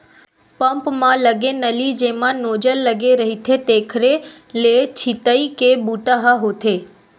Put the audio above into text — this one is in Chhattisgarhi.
पंप म लगे नली जेमा नोजल लगे रहिथे तेखरे ले छितई के बूता ह होथे